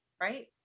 right